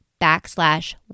backslash